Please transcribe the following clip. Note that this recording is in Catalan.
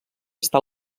està